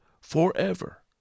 forever